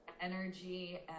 energy